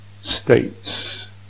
states